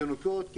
תינוקות,